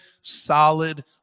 solid